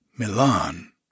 Milan